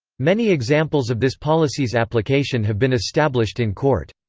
many examples of this policy's application have been established in court.